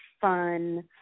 fun